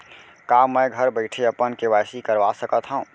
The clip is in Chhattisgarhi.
का मैं घर बइठे अपन के.वाई.सी करवा सकत हव?